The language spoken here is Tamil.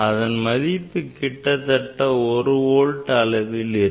அதன் மதிப்பு கிட்டத்தட்ட ஒரு வோல்ட் அளவில் உள்ளது